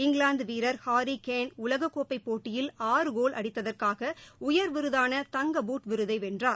இங்கிலாந்து வீரர் Harry Kane உலகக்கோப்பை போட்டியில் ஆறு கோல் அடித்ததற்காக உயர்விருதான தங்க பூட் விருதை பெற்றார்